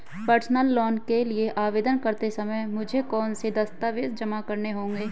Personal loan के लिए आवेदन करते समय मुझे कौन से दस्तावेज़ जमा करने होंगे?